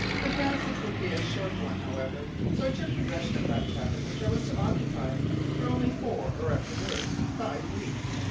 the passage would be a short one, however, so i took possession of that cabin, which i was to occupy for only four, or at the worst five weeks,